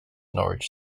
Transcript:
norwich